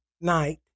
night